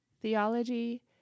theology